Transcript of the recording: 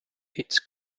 its